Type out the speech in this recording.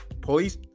Police